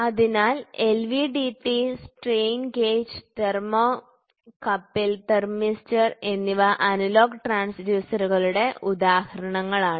അതിനാൽ LVDT strain gauge തെർമോകപ്പിൽ thermistor എന്നിവ അനലോഗ് ട്രാൻസ്ഡ്യൂസറുകളുടെ ഉദാഹരണങ്ങളാണ്